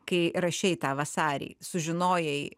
kai rašei tą vasarį sužinojai